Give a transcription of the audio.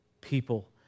people